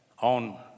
on